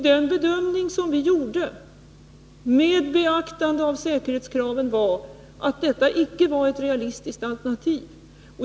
Den bedömning som vi gjorde med beaktande av säkerhetskraven var att detta icke var ett realistiskt alternativ.